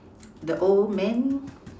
the old man